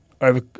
over